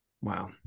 Wow